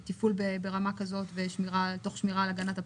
תפעול ברמה כזאת, תוך שמירה על הגנת הפרטיות?